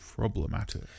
problematic